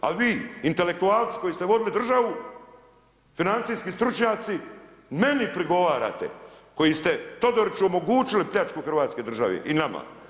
A vi intelektualci koji ste vodili državu, financijski stručnjaci meni prigovarate koji ste omogućili Todoriću pljačku Hrvatske države i nama.